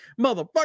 motherfucker